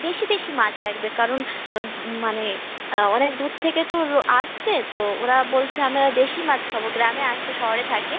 দেশি টেশি মাছ লাগবে কারণ মানে অনেক দূর থেকে তো রো আসছে তো ওরা বলছে আমরা দেশি মাছ খাব গ্রামে আসছে শহরে থাকে